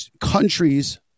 Countries